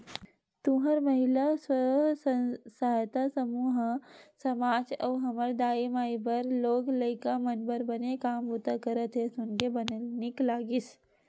तुंहर महिला स्व सहायता समूह ह समाज अउ हमर दाई माई मन बर लोग लइका मन बर बने काम बूता करत हे सुन के बने नीक लगिस